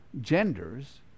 genders